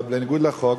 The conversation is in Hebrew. אבל בניגוד לחוק,